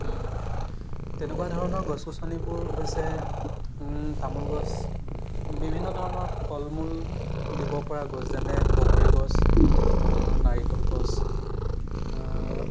তেনেকুৱা ধৰণৰ গছ গছনিবোৰ হৈছে তামোল গছ বিভিন্ন ধৰণৰ ফল মূল দিব পৰা গছ যেনে বগৰী গছ নাৰিকল গছ